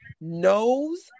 knows